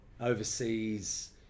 overseas